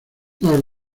más